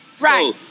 Right